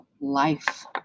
life